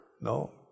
no